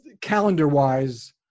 calendar-wise